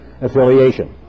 affiliation